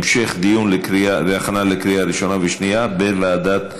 המשך דיון והכנה לקריאה שנייה ושלישית בוועדת העבודה.